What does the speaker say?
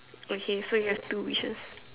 okay so you have two wishes